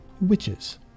Witches